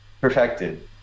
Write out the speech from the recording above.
perfected